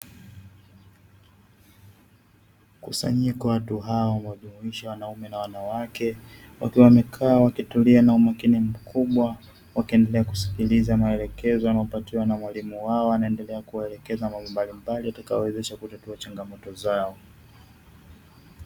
Mkusanyiko wa watu hao unajumuisha wanaume na wanawake wakiwa wamekaa na kutulia na umakini mkubwa, wakiendelea kusikiliza maelekezo wanaopatiwa na mwalimu wao, akiendelea kuwaelekeza mambo mbalimbali yatakayo tatua changamoto zao.